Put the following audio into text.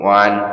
one